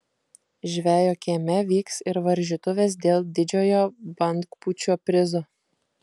žvejo kieme vyks ir varžytuvės dėl didžiojo bangpūčio prizo